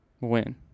win